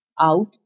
out